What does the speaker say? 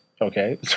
Okay